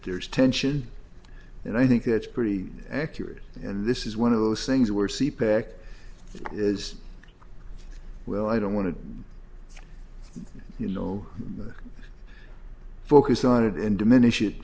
there is tension and i think that's pretty accurate and this is one of those things where see packed is well i don't want to you know focus on it and diminish it